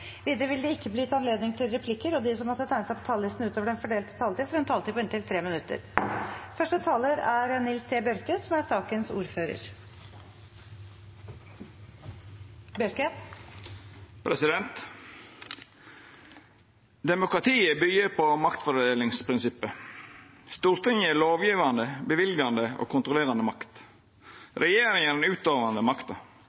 Videre vil det ikke bli gitt anledning til replikker. De som måtte tegne seg på talerlisten utover den fordelte taletid, får også en taletid på inntil 3 minutter.